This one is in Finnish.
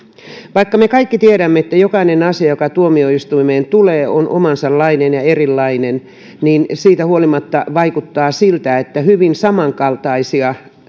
vaikka me kaikki tiedämme että jokainen asia joka tuomioistuimeen tulee on omalaisensa ja erilainen niin siitä huolimatta vaikuttaa siltä että hyvin samankaltaisia